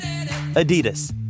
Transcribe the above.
Adidas